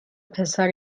پسر